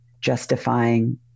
justifying